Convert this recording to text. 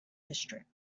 district